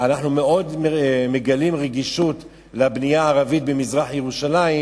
אנחנו מאוד מגלים רגישות לבנייה הערבית במזרח-ירושלים,